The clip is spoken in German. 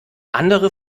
andere